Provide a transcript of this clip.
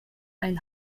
einen